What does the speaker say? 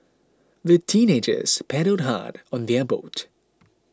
the teenagers paddled hard on their boat